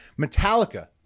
metallica